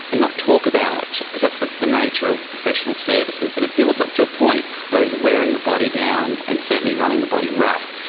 and not talk about it, because that's the the nature of the professional services, and it builds up to a point where it's wearing the body down and certainly running the body rough.